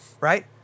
right